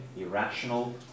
irrational